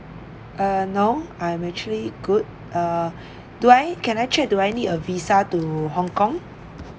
uh no I'm actually good err do I can actually do I need a visa to hong kong